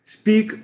Speak